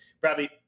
Bradley